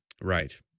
Right